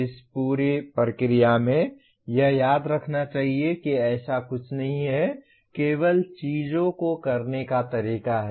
इस पूरी प्रक्रिया में यह याद रखना चाहिए कि ऐसा कुछ नहीं है केवल चीजों को करने का तरीका है